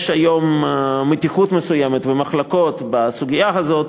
יש היום מתיחות מסוימת ומחלוקות בסוגיה הזאת